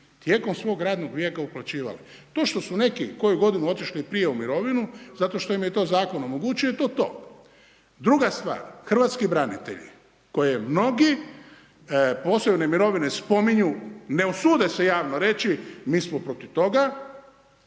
tijekom svog radnog vijeka uplaćivali, to što su neki koju godinu otišli ranije u mirovinu, zato što im je to Zakon omogućio, to je to. Druga stvar, hrvatski branitelji, koje mnogi, posebne mirovine spominju, ne usude se javno reći mi smo protiv toga,